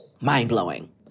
Mind-blowing